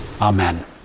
Amen